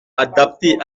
adaptées